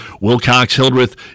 Wilcox-Hildreth